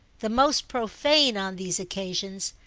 the most profane, on these occasions,